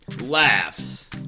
Laughs